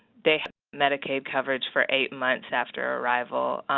they have medicaid coverage for eight months after arrival.